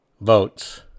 votes